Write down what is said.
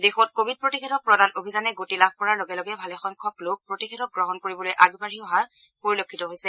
দেশত কোৱিড প্ৰতিষেধক প্ৰদান অভিযানে গতি লাভ কৰাৰ লগে লগে ভালেসংখ্যাক লোক প্ৰতিষেধক গ্ৰহণ কৰিবলৈ আগবাঢ়ি অহা পৰিলক্ষিত হৈছে